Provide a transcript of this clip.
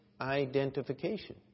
identification